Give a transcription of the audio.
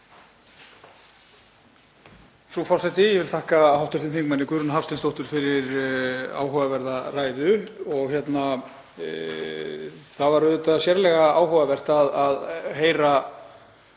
Það var auðvitað sérlega áhugavert að heyra